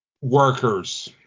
Workers